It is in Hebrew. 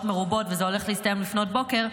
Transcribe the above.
מרובות וזה הולך להסתיים לפנות בוקר,